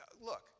Look